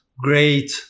great